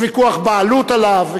יש ויכוח בעלות עליו,